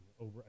over